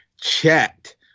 chat